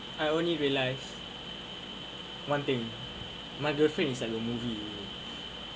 I only realise one thing my girlfriend is like a movie